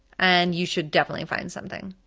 and you should definitely find something.